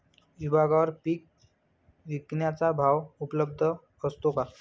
विभागवार पीक विकण्याचा भाव उपलब्ध असतो का?